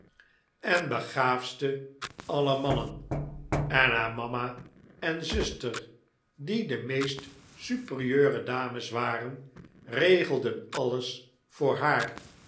en begaafdsten aller mannen en haar mama en zuster die de meest superieure dames waren regelden alles voor haar